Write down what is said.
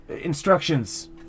instructions